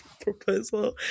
proposal